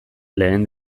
lehen